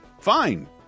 fine